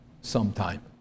sometime